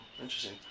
Interesting